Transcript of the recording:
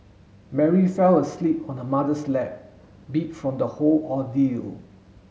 Mary fell asleep on her mother's lap beat from the whole ordeal